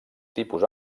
tipus